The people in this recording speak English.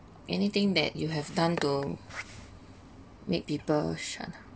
anything that you have done to make people shut up